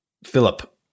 Philip